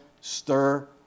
stir